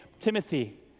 Timothy